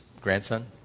grandson